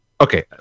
Okay